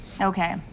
Okay